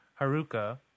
Haruka